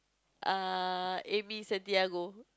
err amy-santiago